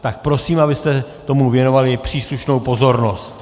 Tak prosím, abyste tomu věnovali příslušnou pozornost.